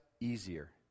easier